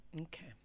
Okay